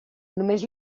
només